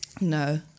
No